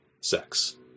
sex